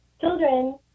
children